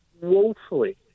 woefully